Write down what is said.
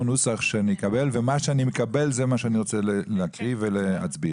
נוסח שאני אקבל ומה שאני מקבל זה מה שאני רוצה להקריא ולהצביע.